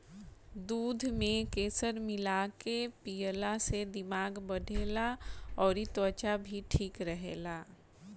दूध में केसर मिला के पियला से दिमाग बढ़ेला अउरी त्वचा भी ठीक रहेला